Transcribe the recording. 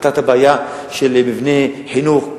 פתר את הבעיה של מבני חינוך,